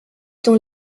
dans